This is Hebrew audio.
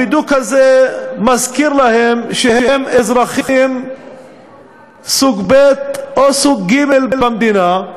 הבידוק הזה מזכיר להם שהם אזרחים סוג ב' או סוג ג' במדינה,